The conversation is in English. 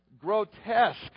grotesque